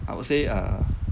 I would say err